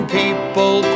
people